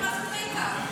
אני מסכימה איתך.